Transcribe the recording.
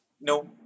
No